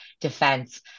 defense